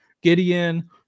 Gideon